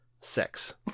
Sex